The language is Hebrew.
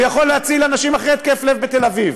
יכול להציל אנשים אחרי התקף לב בתל אביב.